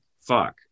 fuck